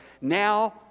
now